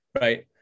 Right